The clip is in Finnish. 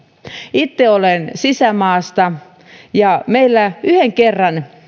itse olen sisämaasta ja meillä yhden kerran